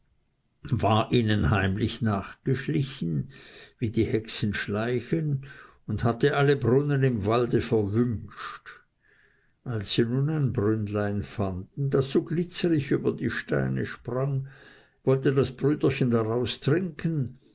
war ihnen nachgeschlichen heimlich wie die hexen schleichen und hatte alle brunnen im walde verwünscht als sie nun ein brünnlein fanden das so glitzerig über die steine sprang wollte das brüderchen daraus trinken